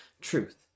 truth